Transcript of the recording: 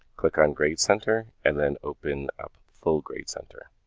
click on grade center and then open up full grade center.